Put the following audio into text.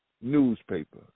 newspaper